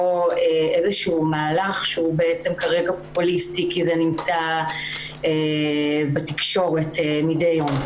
איזה שהוא מהלך שהוא בעצם כרגע פופוליסטי כי זה נמצא בתקשורת מדי יום.